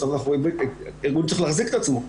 בסוף אנחנו ארגון שצריך להחזיק את עצמו.